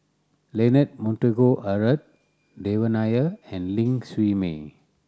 Leonard Montague Harrod Devan Nair and Ling Siew May